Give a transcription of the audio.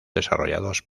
desarrollados